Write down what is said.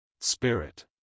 Spirit